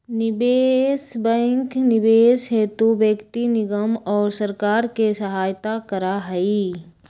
निवेश बैंक निवेश हेतु व्यक्ति निगम और सरकार के सहायता करा हई